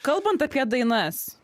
kalbant apie dainas